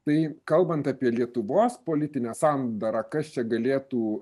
tai kalbant apie lietuvos politinę sandarą kas čia galėtų